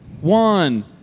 one